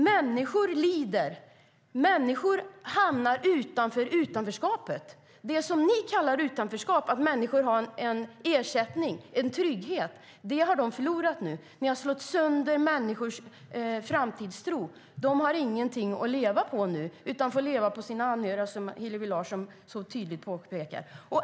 Människor lider, människor hamnar utanför det som ni kallar för utanförskap, det vill säga att människor har en ersättning, en trygghet. Det har de förlorat nu. Ni har slagit sönder människors framtidstro. De har ingenting att leva på utan får leva på sina anhöriga, som Hillevi Larsson så tydligt påpekade.